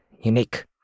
unique